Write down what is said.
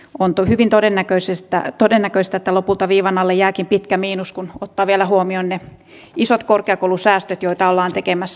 on hyvin todennäköistä että lopulta viivan alle jääkin pitkä miinus kun ottaa vielä huomioon ne isot korkeakoulusäästöt joita ollaan tekemässä